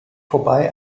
vorbei